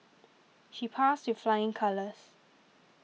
she passed with flying colours